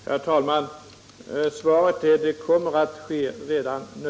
Herr talman! Svaret är: Det kommer att ske redan nu,